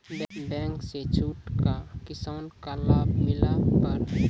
Bank से छूट का किसान का लाभ मिला पर?